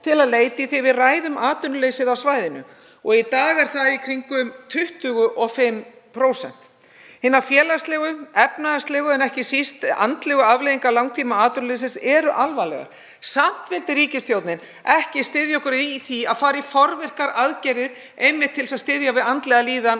til að leita í þegar við ræðum atvinnuleysið á svæðinu. Í dag er það í kringum 25%. Hinar félagslegu og efnahagslegu en ekki síst andlegu afleiðingar langtímaatvinnuleysis eru alvarlegar. Samt vildi ríkisstjórnin ekki styðja okkur í því að fara í forvirkar aðgerðir, einmitt til að styðja við andlega líðan